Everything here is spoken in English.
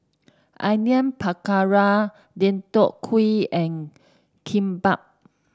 Onion Pakora Deodeok Gui and Kimbap